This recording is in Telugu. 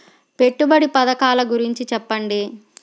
పెట్టుబడి పథకాల గురించి చెప్పండి?